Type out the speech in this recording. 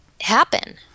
happen